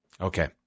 Okay